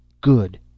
Good